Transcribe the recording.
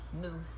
new